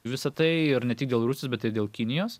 visa tai ir ne tik dėl rusijos bet ir dėl kinijos